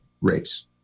race